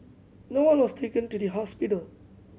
no one was taken to the hospital